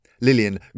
Lillian